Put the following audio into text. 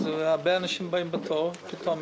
זה עושה